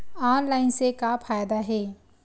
Online से का फ़ायदा हे?